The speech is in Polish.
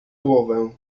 głowę